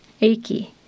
achy